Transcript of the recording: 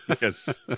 Yes